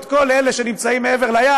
את כל אלה שנמצאים מעבר לים: